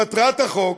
מטרת החוק